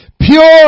Pure